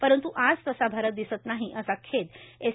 परंत्र आज तसा भारत दिसत नाहीए असा खेद एस